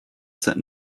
set